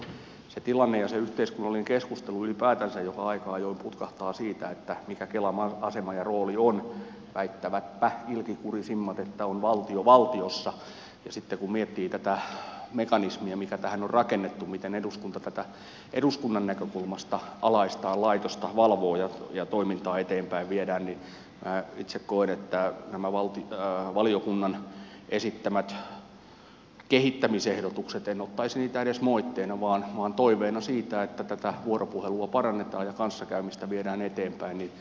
mutta se tilanne ja se yhteiskunnallinen keskustelu ylipäätänsä aika ajoin putkahtaa siitä mikä kelan asema ja rooli on väittävätpä ilkikurisimmat että on valtio valtiossa ja sitten kun miettii tätä mekanismia mikä tähän on rakennettu miten eduskunta tätä eduskunnan näkökulmasta alaistaan laitosta valvoo ja sen toimintaa eteenpäin viedään niin minä itse koen että näitä valiokunnan esittämiä kehittämisehdotuksia en ottaisi edes moitteena vaan toiveena siitä että tätä vuoropuhelua parannetaan ja kanssakäymistä viedään eteenpäin